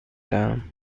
دهم